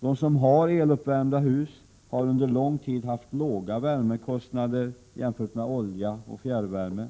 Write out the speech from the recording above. De som bor i eluppvärmda hus har under lång tid haft låga värmekostnader jämfört med dem som har olja och fjärrvärme,